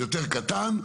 קטן יותר,